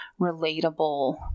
relatable